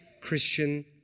Christian